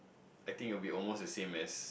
I think almost a bit the same as